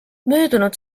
möödunud